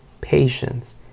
patience